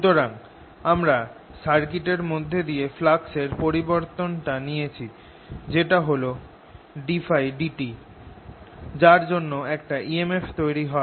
সুতরাং আমরা সার্কিট এর মধ্যে দিয়ে ফ্লাক্স এর পরিবর্তনটা নিয়েছি যেটা হল ddtՓ যার জন্য একটা emf তৈরি হয়